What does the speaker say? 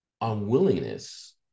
unwillingness